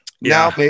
Now